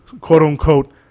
quote-unquote